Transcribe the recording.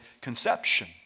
Conception